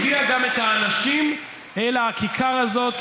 הביאה גם את האנשים אל הכיכר הזאת,